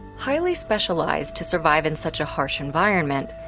highly specialized to survive in such a harsh environment,